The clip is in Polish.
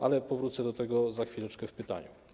Ale powrócę do tego za chwileczkę w pytaniu.